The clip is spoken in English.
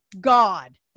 God